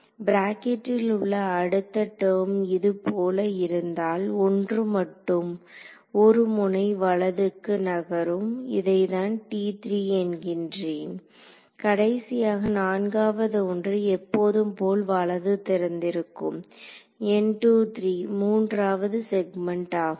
பிராக்கெட்டில் உள்ள அடுத்த டெர்ம் இது போல இருந்தால் ஒன்று மட்டும் ஒரு முனை வலதுக்கு நகரும் இதை நான் என்கின்றேன் கடைசியாக நான்காவது ஒன்று எப்போதும்போல வலது திறந்திருக்கும் மூன்றாவது செக்மெண்ட் ஆகும்